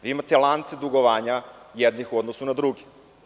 Imate lance dugovanja jednih u odnosu na druge.